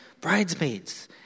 bridesmaids